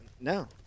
No